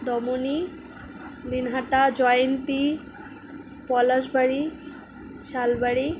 Domoni Dinhata Jayanti Palashbari Salbari